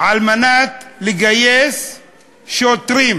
על מנת לגייס שוטרים.